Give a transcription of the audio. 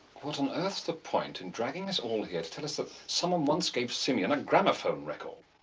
what on earth's the point in dragging us all here to tell us of someone once gave simeon a gramophone record?